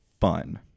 fun